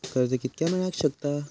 कर्ज कितक्या मेलाक शकता?